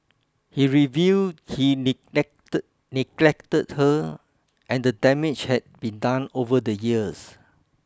he revealed he neglected her and the damage had been done over the years